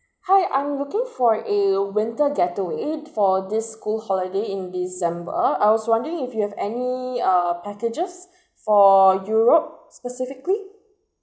hi I'm looking for a winter getaway for this school holiday in december I was wondering if you have any uh packages for europe specifically